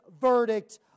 verdict